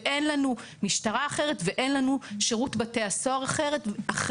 ואין לנו משטרה אחרת ואין לנו שירותי בתי סוהר אחרים,